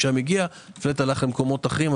למשמר הלאומי ולא משם הגיע אלא למקומות אחרים.